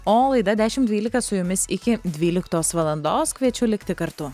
o laida dešimt dvylika su jumis iki dvyliktos valandos kviečiu likti kartu